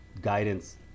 guidance